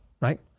right